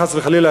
חס וחלילה,